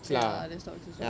ya other stocks also